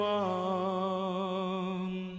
one